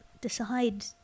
decide